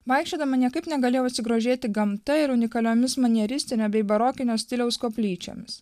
vaikščiodama niekaip negalėjau atsigrožėti gamta ir unikaliomis manieristinio bei barokinio stiliaus koplyčiomis